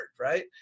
right